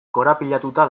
korapilatuta